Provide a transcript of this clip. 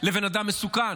לבין אדם מסוכן.